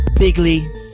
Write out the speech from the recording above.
Bigly